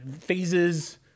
phases